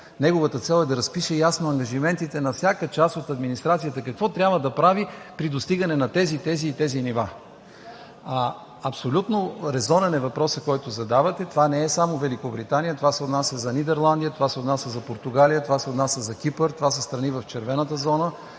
Неговата цел е да разпише ясно ангажиментите на всяка част от администрацията какво трябва да прави при достигане на тези, тези и тези нива. Абсолютно резонен е въпросът, който задавате. Това не е само Великобритания, това се отнася за Нидерландия, това се отнася за Португалия, това се отнася за Кипър. Това са страни в червената зона,